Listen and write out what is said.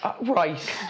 right